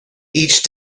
each